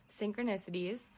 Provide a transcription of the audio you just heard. Synchronicities